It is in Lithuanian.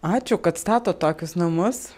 ačiū kad statot tokius namus